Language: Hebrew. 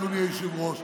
אדוני היושב-ראש,